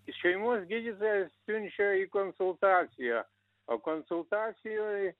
šeimos gydytojas siunčia į konsultaciją o konsultacijoj